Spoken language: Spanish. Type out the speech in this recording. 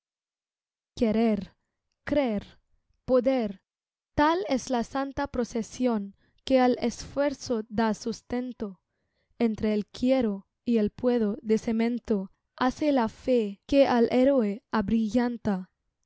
querer creer poder tal es la santa procesión que al esfuerzo da sustento entre el quiero y el puedo de cemento hace la fe que al héroe abrillanta